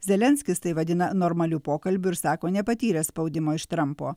zelenskis tai vadina normaliu pokalbiu ir sako nepatyręs spaudimo iš trampo